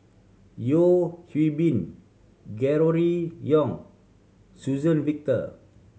Yeo Hwee Bin Gregory Yong Suzann Victor